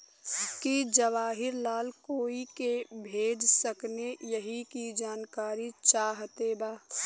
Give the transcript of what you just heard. की जवाहिर लाल कोई के भेज सकने यही की जानकारी चाहते बा?